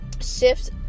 shift